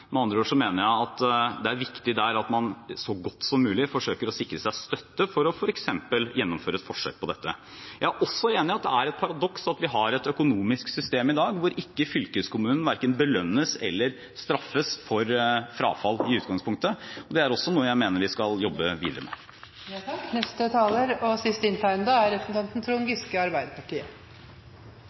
Med andre ord mener jeg det er viktig at man der så godt som mulig forsøker å sikre seg støtte for f.eks. å gjennomføre et forsøk med dette. Jeg er også enig i at det er et paradoks at vi har et økonomisk system i dag hvor fylkeskommunen verken belønnes eller straffes for frafall i utgangspunktet. Det er også noe jeg mener vi skal jobbe videre med. Jeg vil også takke for en god debatt og